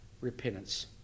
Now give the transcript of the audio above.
repentance